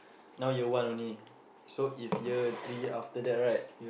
now year one only so if year three after that right